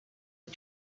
are